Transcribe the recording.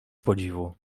podziwu